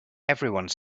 everyone